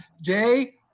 Jay